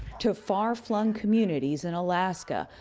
to far-flung communities in alaska,